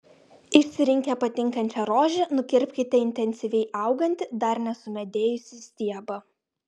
išsirinkę patinkančią rožę nukirpkite intensyviai augantį dar nesumedėjusį stiebą